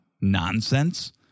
nonsense